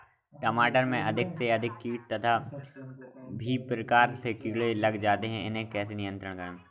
टमाटर में अधिक से अधिक कीट तथा और भी प्रकार के कीड़े लग जाते हैं इन्हें कैसे नियंत्रण करें?